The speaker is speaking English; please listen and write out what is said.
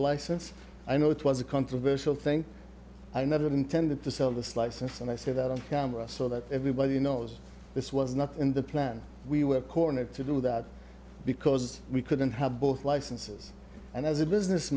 license i know it was a controversial thing i never intended to sell this license and i say that on camera so that everybody knows this was not in the plan we were cornered to do that because we couldn't have both licenses and as a business